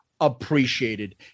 appreciated